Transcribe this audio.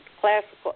Classical